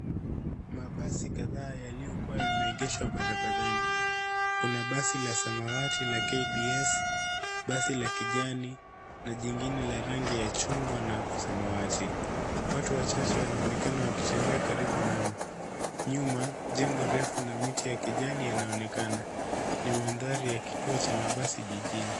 Mabasi kadhaa yaliyokuwa yameegeshwa barabarani. Kuna basi la samawati la k b s , basi la kijani na jingine la rangi ya chungwa na samawati. Watu wachache wanaonekana wakitembea karibu nao. Nyuma jengo refu na miti ya kijani yanaonekana. Ni mandhari ya kituo cha mabasi jijini.